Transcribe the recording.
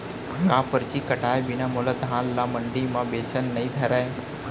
का परची कटाय बिना मोला धान ल मंडी म बेचन नई धरय?